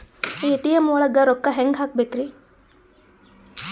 ATM ಒಳಗ್ ರೊಕ್ಕ ಹೆಂಗ್ ಹ್ಹಾಕ್ಬೇಕ್ರಿ?